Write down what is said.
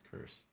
curse